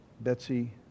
Betsy